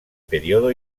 periodo